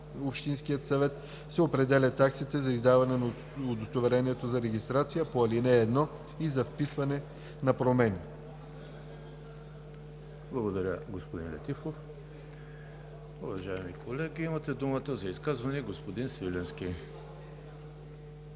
общинския съвет се определя таксата за издаване на удостоверението за регистрация по ал. 1 и за вписване на промени.“ ПРЕДСЕДАТЕЛ ЕМИЛ ХРИСТОВ: Благодаря, господин Летифов. Уважаеми колеги, имате думата за изказвания. Господин Свиленски.